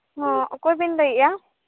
ᱦᱚᱸ ᱚᱠᱚᱭ ᱵᱤᱱ ᱞᱟᱹᱭᱮᱜᱼᱟ